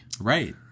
Right